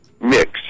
mix